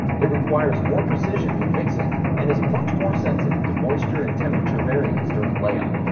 it requires more precision when mixing and is much more sensitive to moisture and temperature variance during lay-up.